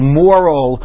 moral